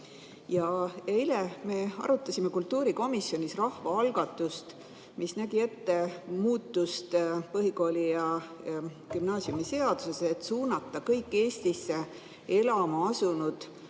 Eile me arutasime kultuurikomisjonis rahvaalgatust, mis nägi ette muutust põhikooli‑ ja gümnaasiumiseaduses, et suunata kõik Eestisse elama asunud